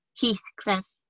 Heathcliff